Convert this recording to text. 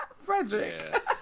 Frederick